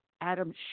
Adam